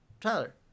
tyler